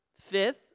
fifth